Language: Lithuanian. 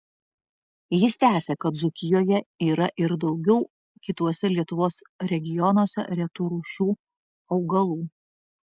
jis tęsia kad dzūkijoje yra ir daugiau kituose lietuvos regionuose retų rūšių augalų